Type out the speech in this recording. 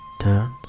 turns